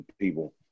people